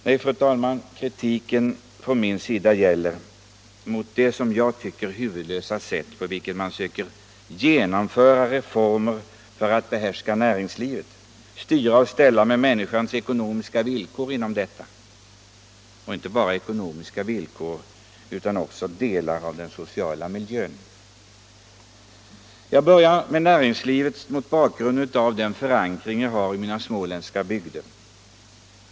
Nej, fru talman, kritiken från min sida riktar sig mot det som jag tycker huvudlösa sätt på vilket man söker genomföra reformer för att behärska näringslivet, styra och ställa med människors ekonomiska villkor inom detta — och inte bara ekonomiska villkor utan också delar av den sociala miljön. Jag börjar med näringslivet mot bakgrund av den förankring jag har i mina småländska bygder.